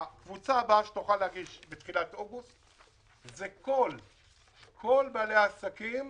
הקבוצה הבאה שתוכל להגיש בתחילת אוגוסט היא כל בעלי העסקים